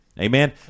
Amen